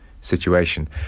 situation